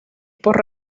por